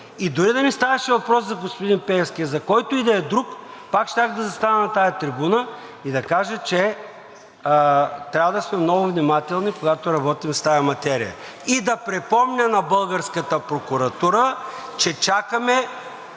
И дори да не ставаше въпрос за господин Пеевски, а за който и да е друг, пак щях да застана на тази трибуна и да кажа, че трябва да сме много внимателни, когато работим с тази материя. И да припомня на българската прокуратура, че чакаме